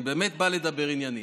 אני באמת בא לדבר עניינית.